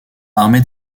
armé